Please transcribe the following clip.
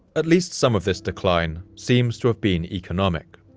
at least some of this decline seems to have been economic.